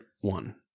one